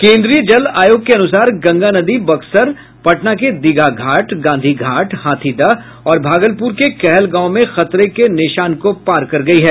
केन्द्रीय जल आयोग के अनुसार गंगा नदी बक्सर पटना के दीघा घाट गांधी घाट हाथीदह और भागलपुर के कहलगांव में खतरे के निशान को पार कर गयी है